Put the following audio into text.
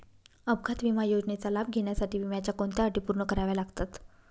अपघात विमा योजनेचा लाभ घेण्यासाठी विम्याच्या कोणत्या अटी पूर्ण कराव्या लागतात?